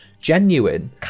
genuine